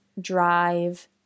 drive